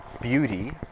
beauty